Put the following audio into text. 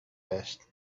best